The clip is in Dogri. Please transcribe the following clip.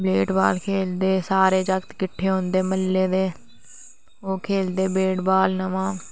बेटबाल खेलदे सारे जगत किट्ठे होंदे म्हल्ले दे ओह् खेलदे बेटबाल नमा